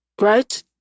Right